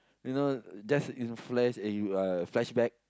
you know just in flash eh you are uh flashback